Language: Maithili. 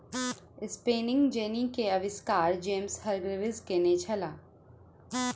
स्पिनिंग जेन्नी के आविष्कार जेम्स हर्ग्रीव्ज़ केने छला